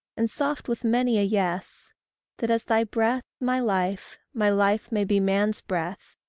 and soft with many a yes that as thy breath my life, my life may be man's breath.